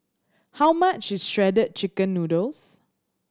how much is Shredded Chicken Noodles